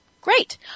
great